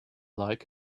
like